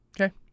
Okay